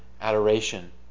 adoration